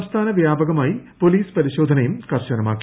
സംസ്ഥാന വ്യാപകമായി പോലീസ് പരിശോധനയും കർശനമാക്കി